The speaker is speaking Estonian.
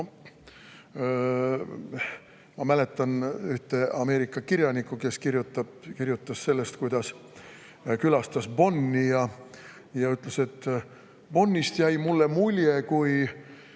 Ma mäletan ühte Ameerika kirjanikku, kes kirjutas sellest, kuidas ta külastas Bonni. Ta ütles, et Bonnist jäi talle mulje kui